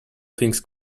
things